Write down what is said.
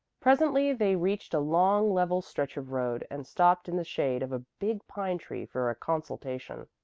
presently they reached a long, level stretch of road and stopped in the shade of a big pine-tree for a consultation.